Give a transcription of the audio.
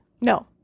No